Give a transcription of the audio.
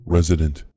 Resident